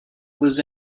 was